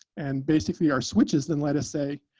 and basically our switches then let us say,